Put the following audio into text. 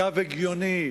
קו הגיוני,